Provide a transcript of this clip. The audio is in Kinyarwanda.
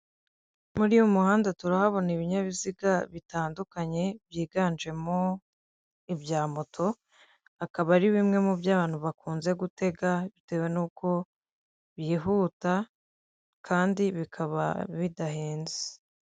Muruyu muhanda turahabona ibinyabiziga bitandukanye byiganjemo ibya moto akaba Aribimwe mubyo abantu bakunze gutega bitewe nuko byihuta kandi bikaba bidahenze.